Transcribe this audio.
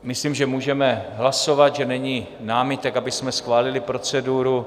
Myslím, že můžeme hlasovat, že není námitek, abychom schválili proceduru.